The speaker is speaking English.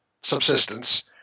subsistence